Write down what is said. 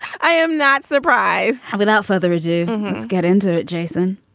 i am not surprised. without further ado let's get into it jason.